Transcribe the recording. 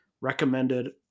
recommended